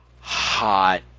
hot